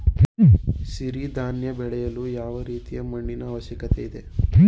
ಸಿರಿ ಧಾನ್ಯ ಬೆಳೆಯಲು ಯಾವ ರೀತಿಯ ಮಣ್ಣಿನ ಅವಶ್ಯಕತೆ ಇದೆ?